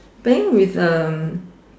then with um